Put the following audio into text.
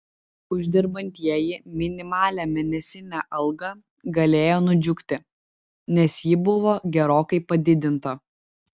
uždirbantieji minimalią mėnesinę algą galėjo nudžiugti nes ji buvo gerokai padidinta